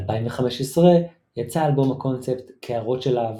ב-2015 יצא אלבום הקונספט "קערות של אהבה"